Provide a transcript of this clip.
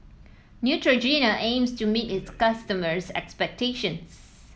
Neutrogena aims to meet its customers' expectations